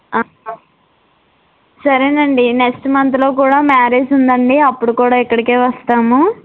సరేనండి నెక్స్ట్ మంత్లో కూడా మ్యారేజ్ ఉందండి అప్పుడు కూడా ఇక్కడికే వస్తాము